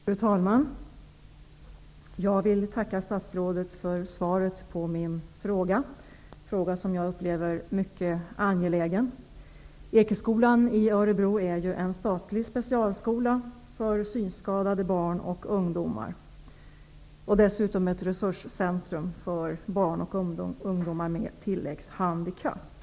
Fru talman! Jag vill tacka statsrådet för svaret på min fråga. Jag upplever frågan som mycket angelägen. Ekeskolan är en statlig specialskola för synskadade barn och ungdomar. Den är dessutom ett resurscentrum för barn och ungdomar med tilläggshandikapp.